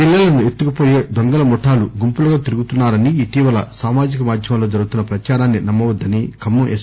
పిల్లలను ఎత్తుకుపోయే దొంగల ముఠాలు గుంపులుగా తిరుగుతున్నారని ఇటీవల సామాజిక మాధ్యమాల్లో జరుగుతున్న పచారాన్ని నమ్మవద్దని ఖమ్మం ఎస్